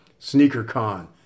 SneakerCon